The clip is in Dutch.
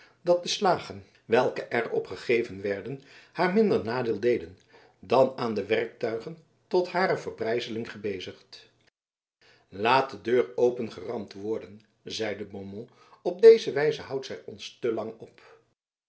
dat de slagen welke er op gegeven werden haar minder nadeel deden dan aan de werktuigen tot hare verbrijzeling gebezigd laat de deur opengeramd worden zeide beaumont op deze wijze houdt zij ons te lang op